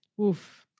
Oof